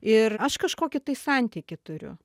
ir aš kažkokį tai santykį turiu